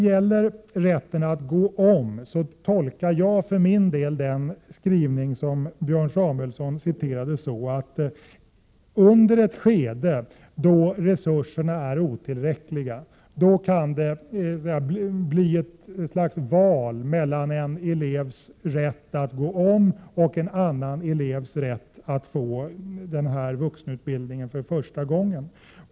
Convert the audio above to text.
Min tolkning av den skrivning om rätten att gå om som Björn Samuelson läste upp är att det under ett skede då resurserna är otillräckliga kan bli fråga om ett slags val mellan en elevs rätt att gå om och en annan elevs rätt att få denna vuxenutbildning för första gången.